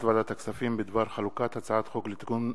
ועדת הכספים בדבר חלוקת הצעת חוק לתיקון